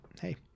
hey